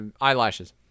eyelashes